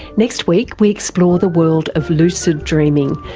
next week we explore the world of lucid dreaming,